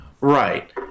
Right